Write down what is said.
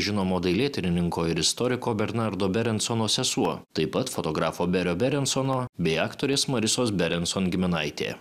žinomo dailėtyrininko ir istoriko bernardo berinsono sesuo taip pat fotografo berio berensono bei aktorės larisos berenson giminaitė